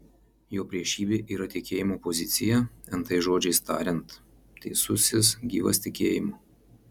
jo priešybė yra tikėjimo pozicija nt žodžiais tariant teisusis gyvas tikėjimu